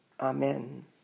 Amen